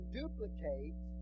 duplicate